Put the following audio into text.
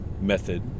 method